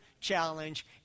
challenge